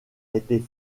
été